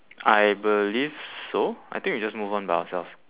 I believe so I think we just move on by ourselves